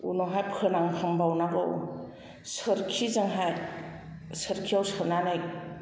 उनावहाय फोनांहांबावनांगौ सोरखि जोंहाय सोरखिआव सोनानै